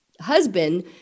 husband